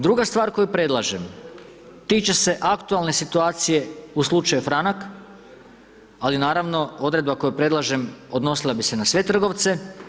Druga stvar koju predlažem, tiče se aktualne situacije u slučaju Franak, ali naravno, odredba koju predlažem, odnosila bi se na sve trgovce.